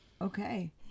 Okay